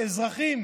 כאזרחים